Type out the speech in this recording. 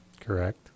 Correct